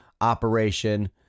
operation